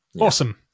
Awesome